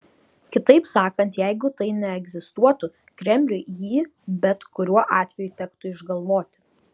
kitaip sakant jeigu tai neegzistuotų kremliui jį bet kurio atveju tektų išgalvoti